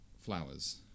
flowers